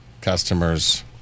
customers